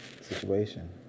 situation